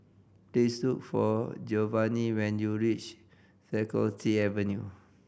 please look for Geovanni when you reach Faculty Avenue